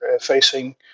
facing